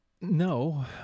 No